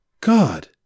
God